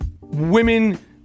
women